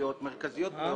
סוגיות מרכזיות מאוד